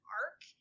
arc